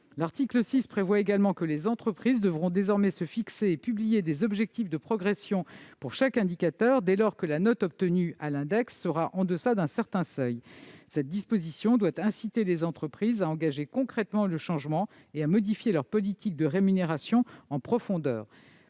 l'article 6 prévoit également que les entreprises devront désormais se fixer et publier des objectifs de progression pour chaque indicateur, dès lors que la note obtenue à l'index sera en deçà d'un certain seuil. Cette disposition doit encourager les entreprises à engager concrètement le changement et à modifier leur politique de rémunération en profondeur.